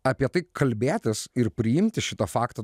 apie tai kalbėtis ir priimti šitą faktą